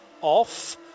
off